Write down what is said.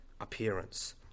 appearance